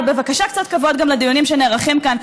אבל בבקשה קצת כבוד גם לדיונים שנערכים כאן,